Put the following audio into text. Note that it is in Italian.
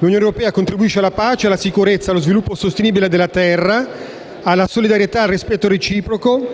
l'Unione europea contribuisce alla pace, alla sicurezza, allo sviluppo sostenibile della terra, alla solidarietà, al rispetto reciproco,